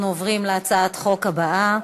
אנחנו עוברים להצעת החוק הבאה,